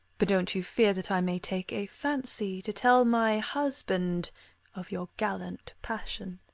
but don't you fear that i may take a fancy to tell my husband of your gallant passion,